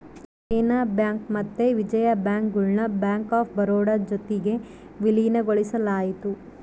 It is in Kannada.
ದೇನ ಬ್ಯಾಂಕ್ ಮತ್ತೆ ವಿಜಯ ಬ್ಯಾಂಕ್ ಗುಳ್ನ ಬ್ಯಾಂಕ್ ಆಫ್ ಬರೋಡ ಜೊತಿಗೆ ವಿಲೀನಗೊಳಿಸಲಾಯಿತು